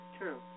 true